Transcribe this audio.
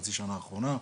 בחצי שנה האחרונה,